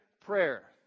prayer